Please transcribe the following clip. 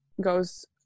goes